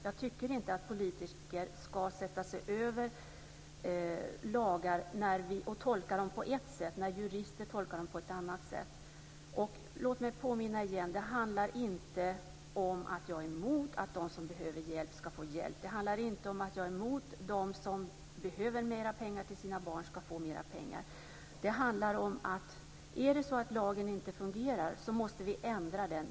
Jag tycker inte att politiker ska sätta sig över lagar och tolka dem på ett sätt när jurister tolkar dem på ett annat sätt. Låt mig återigen påminna om att det inte handlar om att jag är emot att de som behöver hjälp ska få hjälp. Det handlar inte om att jag är emot att de som behöver mera pengar till sina barn ska få mera pengar. Det handlar om att vi, om det är så att lagen inte fungerar, måste ändra lagen.